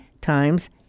times